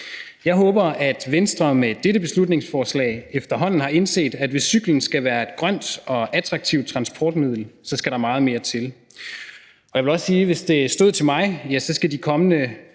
Jeg håber, at Venstre med dette beslutningsforslag efterhånden har indset, at hvis cyklen skal være et grønt og attraktivt transportmiddel, skal der meget mere til. Og jeg vil også sige, at hvis det stod til mig, skal man i de kommende